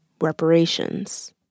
reparations